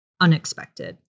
unexpected